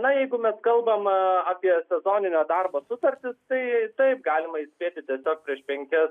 na jeigu mes kalbam apie sezoninio darbo sutartis tai taip galima įspėti tiesiog prieš penkias